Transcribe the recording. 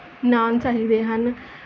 ਨਾਨ ਚਾਹੀਦੇ ਹਨ